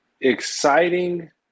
exciting